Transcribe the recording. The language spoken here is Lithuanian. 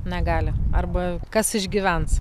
negali arba kas išgyvens